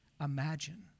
imagine